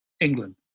england